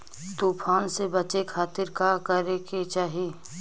तूफान से बचे खातिर का करे के चाहीं?